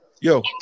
yo